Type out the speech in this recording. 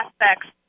aspects